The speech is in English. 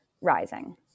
rising